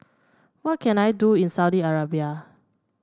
what can I do in Saudi Arabia